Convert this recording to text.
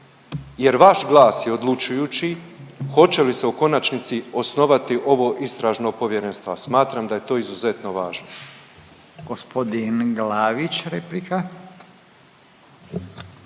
jer vaš glas je odlučujući, hoće li se u konačnici osnovati ovo istražno povjerenstvo, a smatram da je to izuzetno važno.